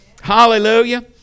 Hallelujah